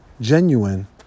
genuine